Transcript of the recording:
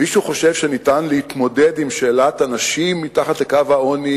מישהו חושב שניתן להתמודד עם שאלת הנשים מתחת לקו העוני